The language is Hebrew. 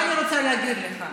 אז מה אני רוצה להגיד לך?